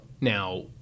Now